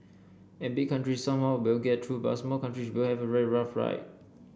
and big countries somehow will get through but small countries will have a very rough ride